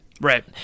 Right